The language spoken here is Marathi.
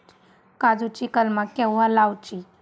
काजुची कलमा केव्हा लावची?